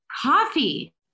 Coffee